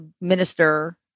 minister